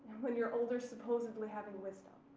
when you're older supposedly having wisdom.